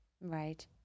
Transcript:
right